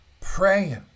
praying